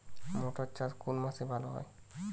মটর চাষ কোন মাসে ভালো হয়?